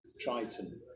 Triton